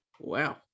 Wow